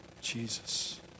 Jesus